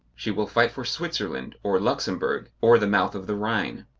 she will fight for switzerland or luxembourg, or the mouth of the rhine.